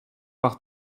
par